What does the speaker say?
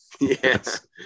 Yes